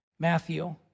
Matthew